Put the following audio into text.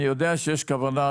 אני יודע שיש כוונה,